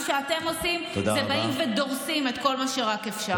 מה שאתם עושים זה באים ודורסים את כל מה שרק אפשר.